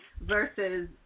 versus